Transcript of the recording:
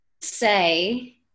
say